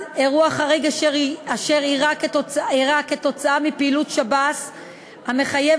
1. אירוע חריג אשר אירע כתוצאה מפעילות שב"ס המחייב,